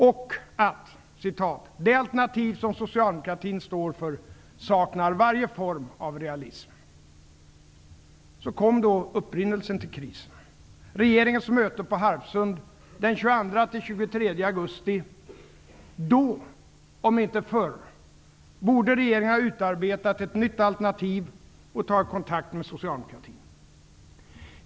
Han sade vidare att: ''Det alternativ som socialdemokratin står för saknar varje form av realism''. Så kom då upprinnelsen till krisen: regeringens möte på Harpsund den 22-23 augusti. Då, om inte förr, borde regeringen ha utarbetat ett nytt alternativ och därefter ha tagit kontakt med socialdemokratin.